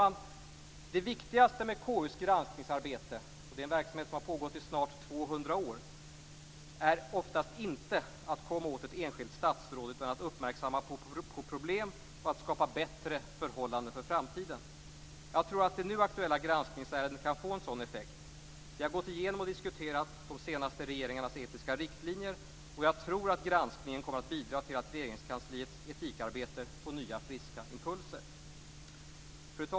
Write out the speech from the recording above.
Det viktigaste med KU:s granskningsarbete - en verksamhet som nu har bedrivits i snart 200 år - är oftast inte att komma åt ett enskilt statsråd, utan att uppmärksamma problem och att skapa bättre förhållanden för framtiden. Jag tror att det nu aktuella granskningsärendet kan få en sådan effekt. Vi har gått igenom och diskuterat de senaste regeringarnas etiska riktlinjer och jag tror att granskningen kommer att bidra till att Regeringskansliets etikarbete får nya, friska impulser.